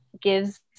gives